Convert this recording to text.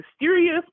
mysterious